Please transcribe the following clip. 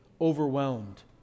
overwhelmed